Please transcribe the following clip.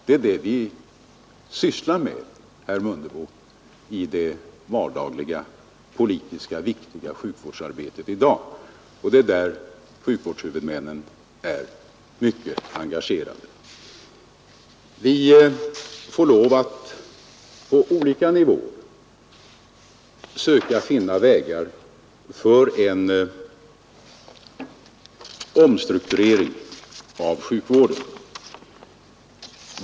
Det är det vi för närvarande sysslar med, herr Mundebo, i det vardagliga politiska sjukvårdsarbetet, och det är där sjukvårdshuvudmännen är mycket engagerade. Vi får lov att på olika nivåer söka finna vägar för en Nr 78 omstrukturering av sjukvården.